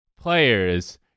players